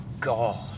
god